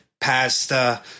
pasta